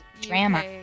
Drama